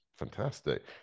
Fantastic